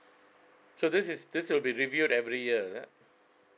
so this is this will be reviewed every year is it